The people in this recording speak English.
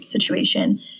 situation